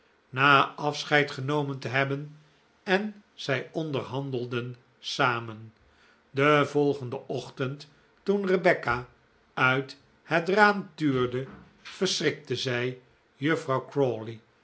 na afscheid genomen te hebben en zij onderhandelden samen den volgenden ochtend toen rebecca uit het raam tuurde verschrikte zij juffrouw